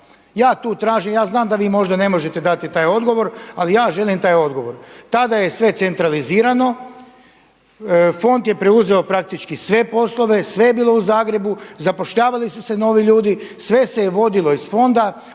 Ja tu tražim, ja znam da vi možda ne možete dati taj odgovor ali ja želim taj odgovor. Tada je sve centralizirano, fond je preuzeo praktički sve poslove, sve je bilo u Zagrebu, zapošljavali su se novi ljudi, sve se je vodilo iz fonda,